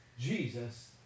Jesus